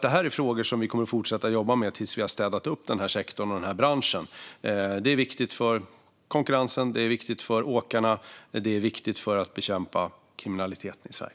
Det här är frågor som vi kommer att fortsätta jobba med tills vi har städat upp sektorn och branschen. Det är viktigt för konkurrensen och åkarna och för att bekämpa kriminaliteten i Sverige.